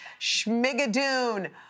Schmigadoon